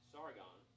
Sargon